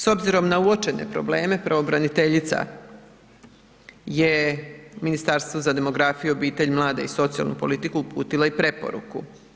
S obzirom na uočene probleme, pravobraniteljica je Ministarstvu za demografiju, obitelj, mlade i socijalnu politiku uputila i preporuku.